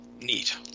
neat